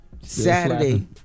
Saturday